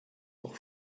doch